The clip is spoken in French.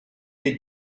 les